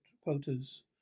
quotas